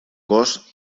gos